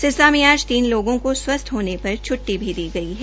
सिरसा में आज तीन लोगों के स्वस्थ होने पद छटटी भी दी गई गई है